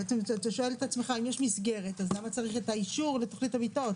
אתה שואל את עצמך אם יש מסגרת אז למה צריך את האישור לתכנית המיטות.